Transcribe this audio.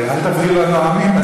אל תפריעו לנואמים,